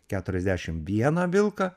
keturiasdešim vieną vilką